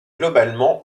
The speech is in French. globalement